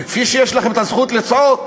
כפי שיש לכם את הזכות לצעוק,